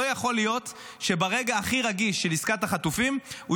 לא יכול להיות שברגע הכי רגיש של עסקת החטופים הוא